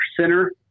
center